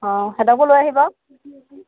অঁ সিহঁতকো লৈ আহিব